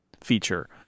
feature